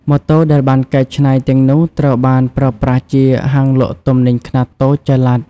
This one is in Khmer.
ម៉ូតូដែលបានកែច្នៃទាំងនោះត្រូវបានប្រើប្រាស់ជាហាងលក់ទំនិញខ្នាតតូចចល័ត។